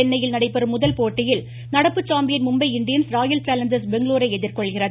சென்னையில் நடைபெறும் முதல் போட்டியில் நடப்பு champion Mumbai Indians Royal Challengers பெங்களுரை எதிர்கொள்கிறது